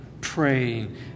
praying